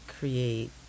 create